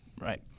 Right